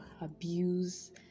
abuse